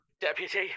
Deputy